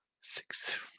Six